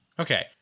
Okay